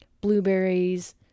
blueberries